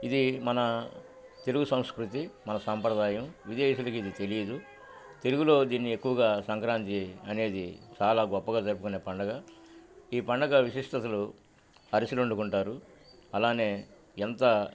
ఇది మన తెలుగు సంస్కృతి మన సాంప్రదాయం విదేశకి ఇది తెలీయదు తెలుగులో దీన్ని ఎక్కువగా సంక్రాంతి అనేది చాలా గొప్పగా జరుపుకునే పండగ ఈ పండగ విశిష్టతులు అరిసెలుండుకుంటారు అలానే ఎంత